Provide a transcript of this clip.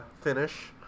finish